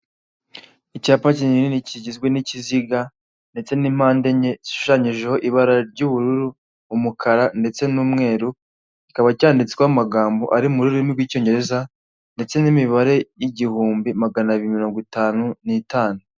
Icyapa kinini kigizwe n'ikiziga ndetse n'impande enye gishushanyijeho ibara ry'ubururu, umukara ndetse n'umweru, kikaba cyanditsweho amagambo ari mu rurimi rw'icyongereza ndetse n'imibare y'igihumbi magana biri na mirongo itanu n'itanu.